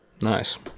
Nice